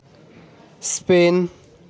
Spain